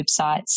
websites